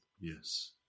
Yes